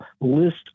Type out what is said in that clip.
list